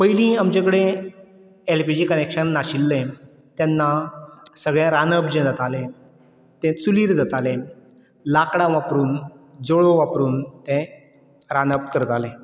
पयलीं आमचे कडेन एलपीजी कनेक्शन नाशिल्लें तेन्ना सगलें रांदप जें जातालें तें चुलीर जातालें लाकडां वापरून जोळोव वापरून तें रांदप करताले